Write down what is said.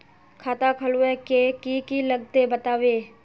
खाता खोलवे के की की लगते बतावे?